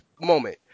moment